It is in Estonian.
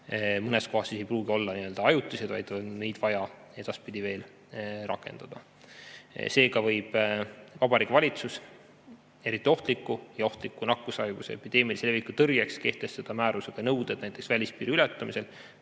mõnes kohas olla ajutised, vaid neid on vaja edaspidi veel rakendada. Seega võib Vabariigi Valitsus eriti ohtliku ja ohtliku nakkushaiguse epideemilise leviku tõrjeks kehtestada määrusega nõuded, näiteks välispiiri ületamisel,